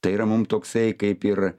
tai yra mum toksai kaip ir